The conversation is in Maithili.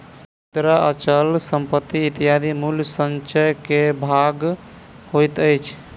मुद्रा, अचल संपत्ति इत्यादि मूल्य संचय के भाग होइत अछि